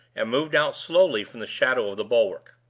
and moved out slowly from the shadow of the bulwark.